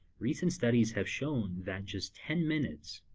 recent studies have shown that just ten minutes,